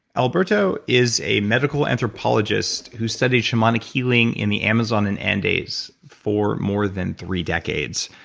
alberto is a medical anthropologist who studies shamanic healing in the amazon and andes for more than three decades.